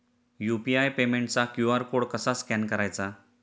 UPI पेमेंटचा QR code कसा scan करायचा?